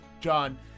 John